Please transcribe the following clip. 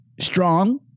Strong